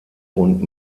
und